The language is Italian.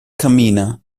cammina